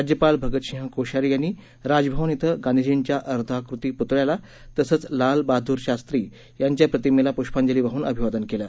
राज्यपाल भगतसिंह कोश्यारी यांनी राजभवन इथं गांधीजींच्या अर्धाकृती प्तळ्याला तसंच लाल बहाद्र शास्त्री यांच्या प्रतिमेला प्ष्पांजली वाह्न अभिवादन केलं